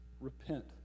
repent